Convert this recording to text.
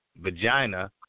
vagina